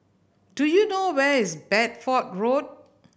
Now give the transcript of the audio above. do you know where is Bedford Road